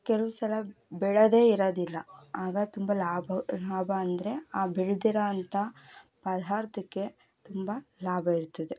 ಕೆಲವು ಸಲ ಬೆಳೆದೇ ಇರೋದಿಲ್ಲ ಆಗ ತುಂಬ ಲಾಭ ಲಾಭ ಅಂದರೆ ಆ ಬೆಳೆದಿರೊ ಅಂತ ಪದಾರ್ಥಕ್ಕೆ ತುಂಬ ಲಾಭ ಇರ್ತದೆ